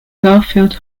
garfield